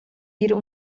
wir